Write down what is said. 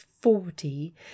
forty